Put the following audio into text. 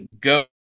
go